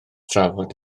drafod